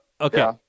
okay